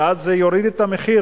וזה יוריד את המחיר.